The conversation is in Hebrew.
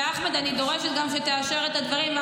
ואחמד, אני דורשת גם שתאשר את הדברים האלה.